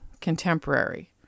contemporary